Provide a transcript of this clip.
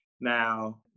Now